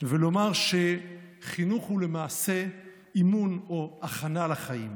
ולומר שחינוך הוא למעשה אימון או הכנה לחיים.